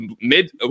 mid